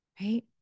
right